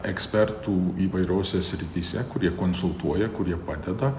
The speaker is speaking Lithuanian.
ekspertų įvairiose srityse kurie konsultuoja kurie padeda